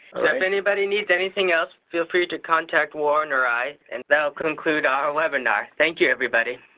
if anybody need anything else feel free to contact warren or i, and that'll conclude our webinar. thank you everybody!